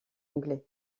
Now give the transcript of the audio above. anglais